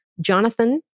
Jonathan